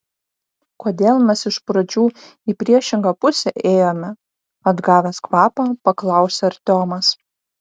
kodėl mes iš pradžių į priešingą pusę ėjome atgavęs kvapą paklausė artiomas